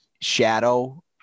shadow